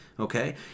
Okay